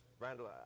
Randall